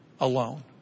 alone